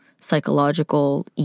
psychological